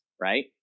Right